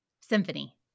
Symphony